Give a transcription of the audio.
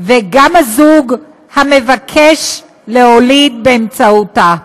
וגם הזוג המבקש להוליד באמצעותה.